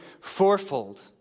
fourfold